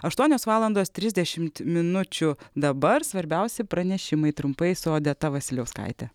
aštuonios valandos trisdešimt minučių dabar svarbiausi pranešimai trumpai su odeta vasiliauskaite